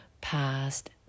past